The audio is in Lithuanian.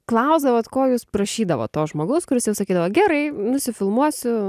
klausdavot ko jūs prašydavot to žmogaus kuris jau sakydavo gerai nusifilmuosiu